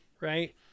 right